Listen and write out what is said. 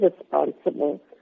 responsible